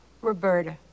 Roberta